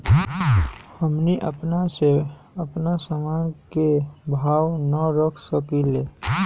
हमनी अपना से अपना सामन के भाव न रख सकींले?